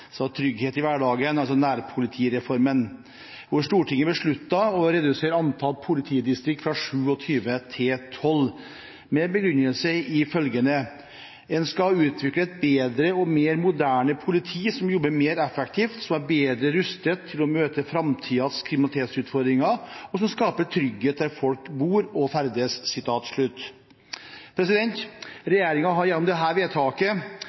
å redusere antallet politidistrikter fra 27 til 12, med begrunnelse i å skulle utvikle «et bedre og mer moderne politi, som jobber mer effektivt, som er bedre rustet til å møte fremtidens kriminalitetsutfordringer og som skaper trygghet der folk bor og ferdes». Regjeringen har gjennom dette vedtaket et viktig ansvar for å nå de målsettingene som Stortinget så tydelig har satt gjennom dette vedtaket